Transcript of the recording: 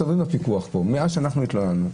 מסתובבים הפיקוח פה מאז שאנחנו התלוננו,